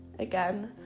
again